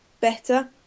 better